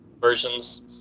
versions